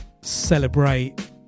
celebrate